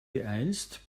beeilst